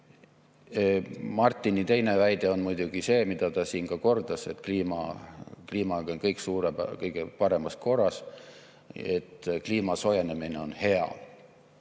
Martini teine väide on muidugi see, mida ta siin kordas, et kliimaga on kõik kõige paremas korras ja et kliima soojenemine on hea.